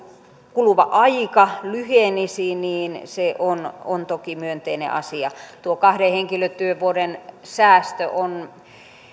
kuluva aika lyhenisi on on toki myönteinen asia tuo kahden henkilötyövuoden säästö on